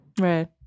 Right